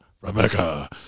Rebecca